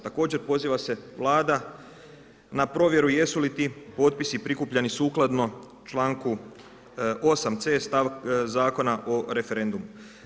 Također poziva se Vlada na provjeru jesu li ti potpisi prikupljani sukladno čl. 8.c Zakona o referendumu.